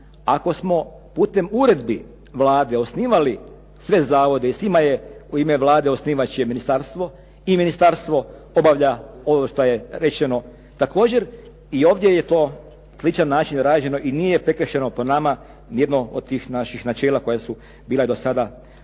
ako smo putem uredbi Vlade osnivali sve zavode i s njima je u ime Vlade osnivač je ministarstvo i ministarstvo obavlja ovo što je rečeno također i ovdje je to na sličan način rađeno i nije prekršeno po nama nijedno od tih naših načela koja su bila i do sada u praksi.